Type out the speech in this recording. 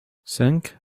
cinq